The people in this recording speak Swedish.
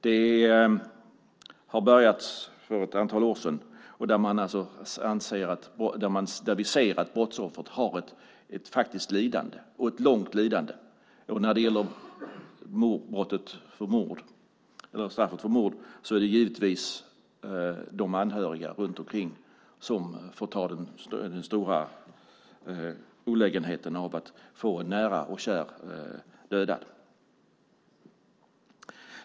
Det började för ett antal år sedan. Vi ser att brottsoffret har ett faktiskt lidande och ett långt lidande. När det gäller brottet mord är det givetvis de anhöriga som får ta den stora olägenheten av att få en nära och kär dödad.